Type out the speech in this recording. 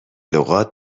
لغات